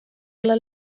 alla